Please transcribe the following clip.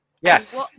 Yes